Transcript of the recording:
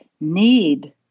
need